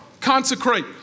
consecrate